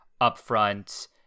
upfront